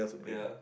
yeah